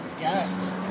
Yes